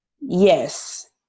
Yes